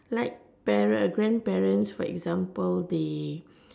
like parents grandparents for example they